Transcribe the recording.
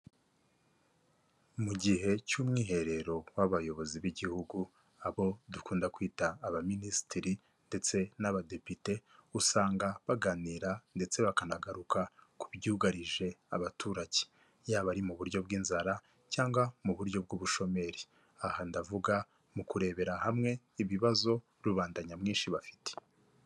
Mu gihe cy'umwiherero w'abayobozi b'igihugu, abo dukunda kwita abaminisitiri ndetse n'abadepite, usanga baganira ndetse bakanagaruka ku byugarije abaturage, yaba ari mu buryo bw'inzara cyangwa mu buryo bw'ubushomeri, aha ndavuga mu kurebera hamwe ibibazo rubanda nyamwinshi bafite.